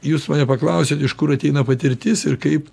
jūs mane paklausėt iš kur ateina patirtis ir kaip